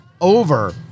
over